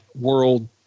world